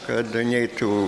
kad neičiau